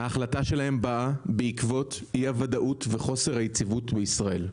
ההחלטה שלהם באה בעקבות אי הוודאות וחוסר היציבות בישראל.